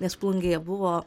nes plungėje buvo